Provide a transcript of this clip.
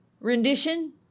rendition